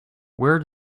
where